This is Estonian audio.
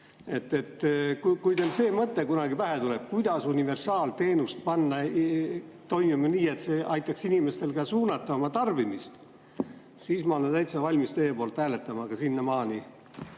teil see mõte kunagi pähe tuleb, kuidas panna universaalteenus toimima nii, et see aitaks inimestel ka suunata oma tarbimist, siis ma olen täitsa valmis teie poolt hääletama. Aga sinnamaani